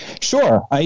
Sure